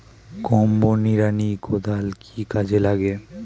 Combo নিড়ানি কোদাল কি কাজে লাগে?